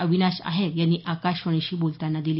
अविनाश आहेर यांनी आकाशवाणीशी बोलतांना दिली